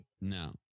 no